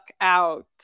out